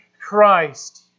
Christ